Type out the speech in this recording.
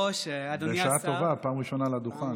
בשעה טובה, פעם ראשונה על הדוכן.